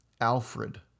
Alfred